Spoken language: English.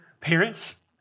Parents